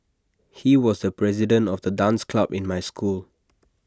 he was the president of the dance club in my school